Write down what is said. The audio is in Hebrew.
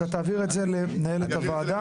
אתה תעביר את זה למנהלת הוועדה.